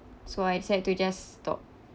so I said to just stop